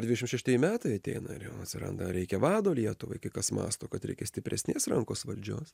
dvidešim šeštieji metai ateina ir jau atsiranda reikia vado lietuvai kai kas mąsto kad reikia stipresnės rankos valdžios